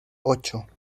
ocho